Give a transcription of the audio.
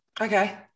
Okay